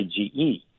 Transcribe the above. IgE